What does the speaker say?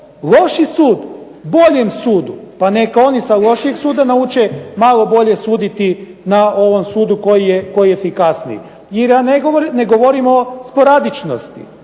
lošiji sud boljem sudu pa neka oni sa lošeg suda nauče malo bolje suditi na ovom sudu koji je efikasniji. Ja ne govorim o sporadičnosti.